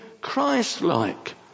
christ-like